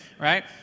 Right